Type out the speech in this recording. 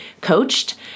coached